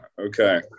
okay